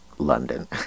london